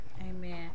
Amen